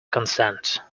consent